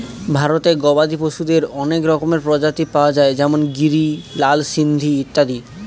ভারতে গবাদি পশুদের অনেক রকমের প্রজাতি পাওয়া যায় যেমন গিরি, লাল সিন্ধি ইত্যাদি